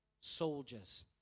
soldiers